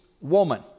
woman